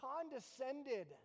condescended